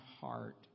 heart